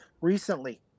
recently